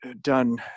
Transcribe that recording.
done